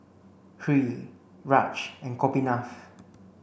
Hri Raj and Gopinath